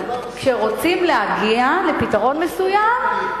אבל כשרוצים להגיע לפתרון מסוים,